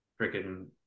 freaking